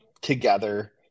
together